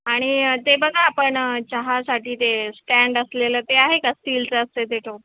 आणि ते बघा आपण चहासाठी ते स्टॅन्ड असलेलं ते आहे का स्टीलचं असतं ते टोप